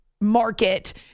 market